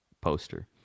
poster